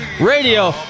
Radio